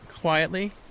quietly